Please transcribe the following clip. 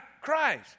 Christ